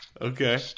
Okay